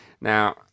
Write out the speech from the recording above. Now